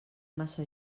massa